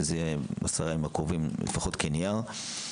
שזה יהיה בעשרה הימים הקרובים לפחות כנייר.